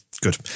good